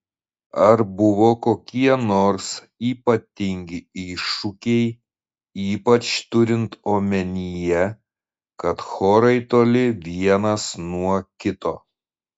ar buvo kokie nors ypatingi iššūkiai ypač turint omenyje kad chorai toli vienas nuo kito